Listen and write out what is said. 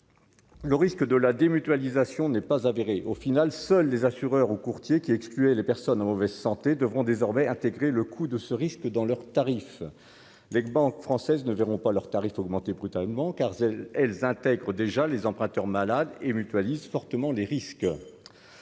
le risque de la démutualisation n'est pas avéré au final, seuls les assureurs ou courtiers qui excluait les personnes en mauvaise santé devront désormais intégrer le coût de ce risque dans leurs tarifs, les banques françaises ne verront pas leurs tarifs augmenter brutalement car elles intègrent déjà les emprunteurs malades et mutualistes fortement les risques,